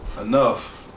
enough